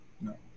no